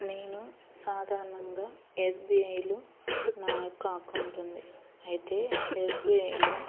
నేను సాధారణంగా ఎస్బీఐలో నా యొక్క అకౌంట్ ఉంది అయితే ఎస్బీఐలో